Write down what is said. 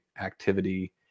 activity